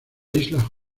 isla